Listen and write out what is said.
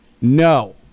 no